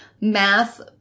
math